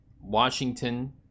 Washington